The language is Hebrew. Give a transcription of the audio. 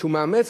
שהוא מאמץ,